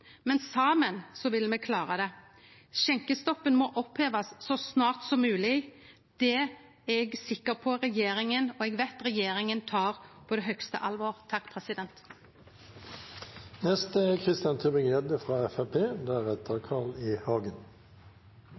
men saman vil me klare det. Skjenkestoppen må opphevast så snart som mogleg. Det veit eg at regjeringa tek på høgste alvor. Det som er skråsikkert og